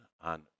on